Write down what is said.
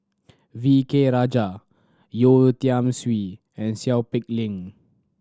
V K Rajah Yeo Tiam Siew and Seow Peck Leng